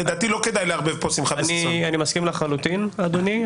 אני מסכים לחלוטין אדוני.